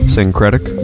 Syncretic